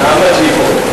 נהמת לבו.